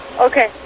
Okay